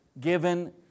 given